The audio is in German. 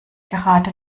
gerade